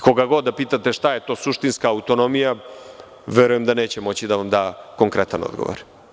Koga god da pitate šta je to suštinska autonomija, verujem da neće moći da vam da konkretan odgovor.